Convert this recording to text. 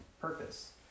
purpose